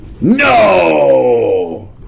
No